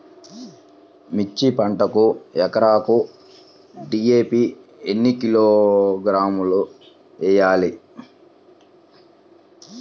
మిర్చి పంటకు ఎకరాకు డీ.ఏ.పీ ఎన్ని కిలోగ్రాములు వేయాలి?